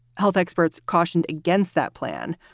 health experts caution against that plan,